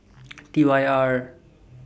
T Y R